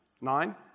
Nine